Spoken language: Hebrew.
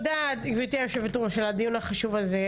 גברתי היושבת-ראש על הדיון החשוב הזה.